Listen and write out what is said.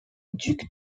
duc